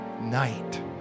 night